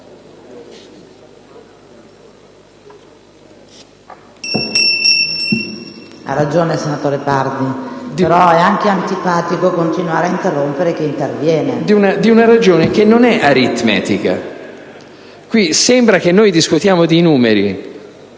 Ha ragione, senatore Pardi, però è anche antipatico continuare a interrompere chi interviene. PARDI *(IdV)*. ...di una ragione che non è aritmetica. Qui sembra che noi discutiamo di numeri,